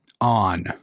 on